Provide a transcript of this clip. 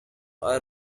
were